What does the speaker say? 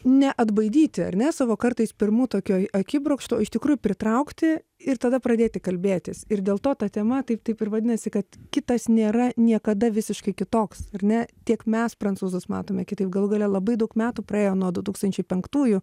neatbaidyti ar ne savo kartais pirmu tokio akibrokštu o iš tikrųjų pritraukti ir tada pradėti kalbėtis ir dėl to ta tema taip taip ir vadinasi kad kitas nėra niekada visiškai kitoks ar ne tiek mes prancūzus matome kitaip galų gale labai daug metų praėjo nuo du tūkstančiai penktųjų